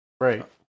Right